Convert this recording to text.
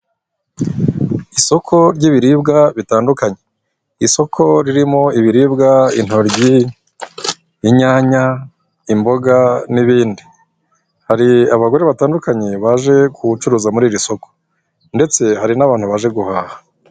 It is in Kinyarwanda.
Isoko ry'ibiribwa bitandukanye isoko ririmo ibiribwa intoryi, inyanya, imboga n'ibindi hari abagore batandukanye baje gucuruza muri iri soko ndetse hari n'abantu baje guhaha.